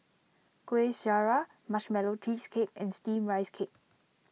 Kuih Syara Marshmallow Cheesecake and Steamed Rice Cake